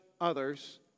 others